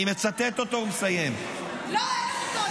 אני מצטט אותו ומסיים -- לא, אין יותר תור.